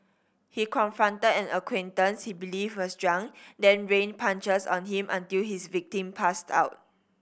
he confronted an acquaintance he believed was drunk then rained punches on him until his victim passed out